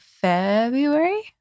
February